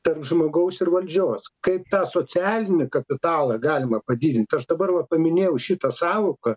tarp žmogaus ir valdžios kaip tą socialinį kapitalą galima padidint aš dabar va paminėjau šitą sąvoką